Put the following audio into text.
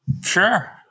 sure